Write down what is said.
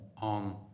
on